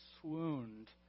swooned